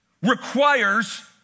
requires